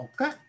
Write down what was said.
okay